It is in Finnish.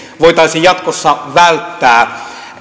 voitaisiin jatkossa välttää